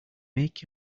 make